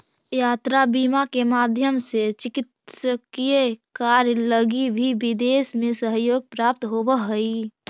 यात्रा बीमा के माध्यम से चिकित्सकीय कार्य लगी भी विदेश में सहयोग प्राप्त होवऽ हइ